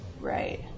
right